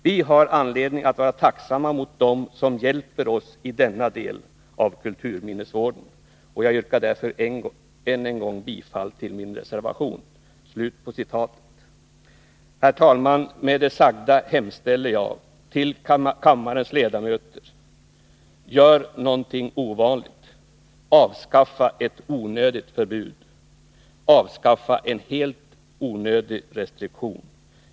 Vi har anledning att vara tacksamma mot dem som hjälper oss i denna del av kulturminnesvården, och jag yrkar därför än en gång bifall till min reservation.” Herr talman! Med det sagda hemställer jag till kammarens ledamöter: Gör något ovanligt! Avskaffa ett onödigt förbud! Avskaffa en helt onödig restriktion!